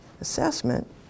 assessment